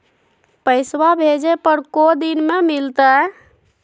पैसवा भेजे पर को दिन मे मिलतय?